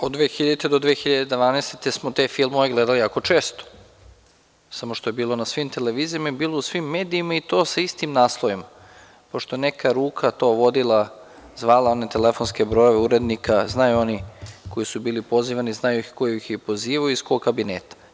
Od 2000. do 2012. godine smo te filmove gledali jako često, samo što je bilo na svim televizijama i bilo u svim medijima, i to sa istim naslovima, pošto je neka ruka to vodila, zvala one telefonske brojeve urednika, znaju oni koji su bili pozivani, znaju ko ih je pozivao, iz kog kabineta.